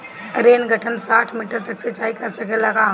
Rain gun साठ metre तक सिचाई कर सकेला का?